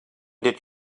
did